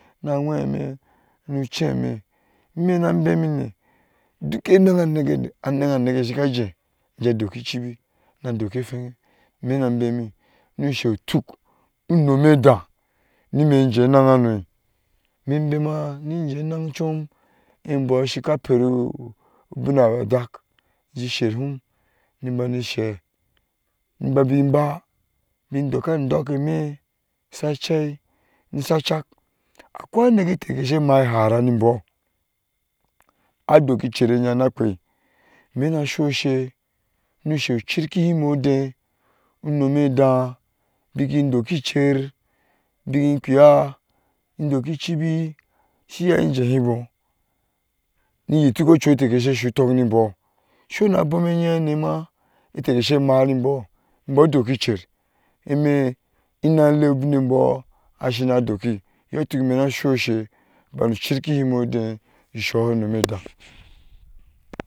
Na aŋwe mɛ nu chami ma na bemi mɛ̃́ dɔɔk anayaŋ anekɛ̃ shika jɛn na dɔɔki chibi na dɔɔki ehwɛŋɛ mi na bemɛ nushe tuk umumida e imɛ niminjen enayanum mɛ bema nijɛn enan chum abɔɔ shika per ubiŋyan dak jɛn shirhum ni ban shɛ̃ ni babe bãã ni dɔɔka adɔɔkemi sachã na sa chak akwai aŋekete shɛ̃ maa elhara nebɔɔ adɔɔke cher anen na kpɛ̃ mɛ na su she nushe cherki imɛ̃ udɛ̃ unumidã beki dɔɔki chibi shi iya jehe bɔɔ ni iyitik ochute saidu tok ni bɔɔ sona aboum anihaŋa ma ite she ma nibɔɔ ibɔɔ doki cher my nale ubiŋ bɔɔ sa na doki iyɔɔ tuk mɛ na su she na bana cherki mɛ dɛ̃ souho unmɛ dɛ.